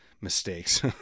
mistakes